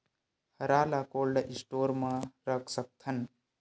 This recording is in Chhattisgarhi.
हरा ल कोल्ड स्टोर म रख सकथन?